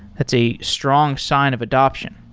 that's a strong sign of adoption